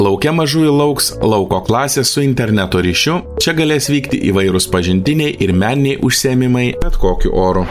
lauke mažųjų lauks lauko klasės su interneto ryšiu čia galės vykti įvairūs pažintiniai ir meniniai užsiėmimai bet kokiu oru